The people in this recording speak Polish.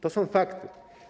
To są fakty.